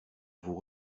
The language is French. vous